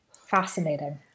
Fascinating